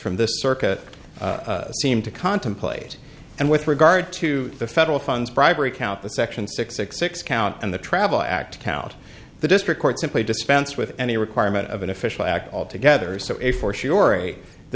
from this circuit seem to contemplate and with regard to the federal funds bribery count the sections six six six count in the travel act count the district court simply dispense with any requirement of an official act all together so if for sure